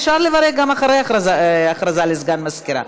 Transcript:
אפשר לברר גם אחרי ההודעה של סגן המזכירה.